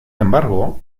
embargo